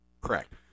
Correct